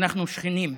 אנחנו שכנים.